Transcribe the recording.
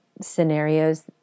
scenarios